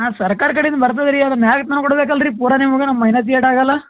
ಹಾಂ ಸರ್ಕಾರ ಕಡೆಯಿಂದ ಬರ್ತದೆ ರೀ ಆದ್ರೆ ಮ್ಯಾಗ ತಂದು ಕೊಡ್ಬೇಕು ಅಲ್ಲ ರೀ ಪೂರಾ ನಿಮ್ಗೆ ನಮ್ಮ ಮೆಹನತ್ ಎಷ್ಟಾಗಲ್ಲ